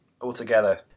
altogether